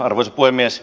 arvoisa puhemies